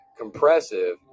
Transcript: compressive